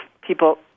people